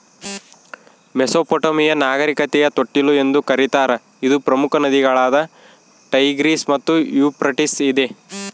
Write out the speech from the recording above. Mesopotamia ನಾಗರಿಕತೆಯ ತೊಟ್ಟಿಲು ಎಂದು ಕರೀತಾರ ಇದು ಪ್ರಮುಖ ನದಿಗಳಾದ ಟೈಗ್ರಿಸ್ ಮತ್ತು ಯೂಫ್ರಟಿಸ್ ಇದೆ